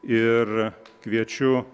ir kviečiu